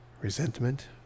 resentment